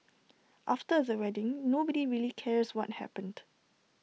after the wedding nobody really cares what happened